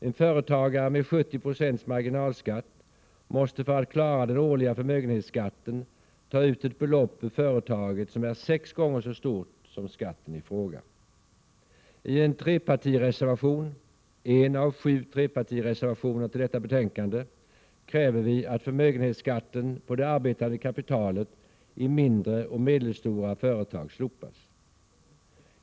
En företagare med 70 70 marginalskatt måste för att klara den årliga förmögenhetsskatten ta ut ett belopp ur företaget som är sex gånger så stort som skatten i fråga. I en trepartireservation, en av sju trepartireservationer till detta betänkande, kräver vi att förmögenhetsskatten på det arbetande kapitalet i mindre och medelstora företag slopas.